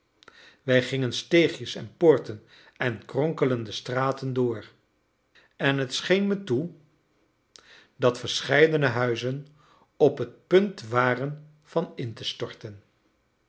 wij gingen steegjes en poorten en kronkelende straten door en het scheen me toe dat verscheidene huizen op het punt waren van in te storten